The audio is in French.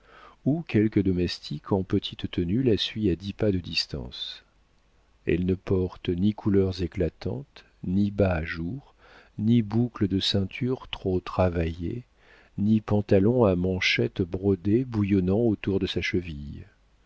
ou quelque domestique en petite tenue la suit à dix pas de distance elle ne porte ni couleurs éclatantes ni bas à jours ni boucle de ceinture trop travaillée ni pantalons à manchettes brodées bouillonnant autour de sa cheville